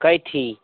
Kaithi